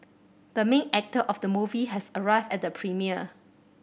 the main actor of the movie has arrived at the premiere